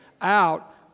out